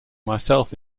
myself